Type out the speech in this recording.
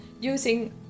using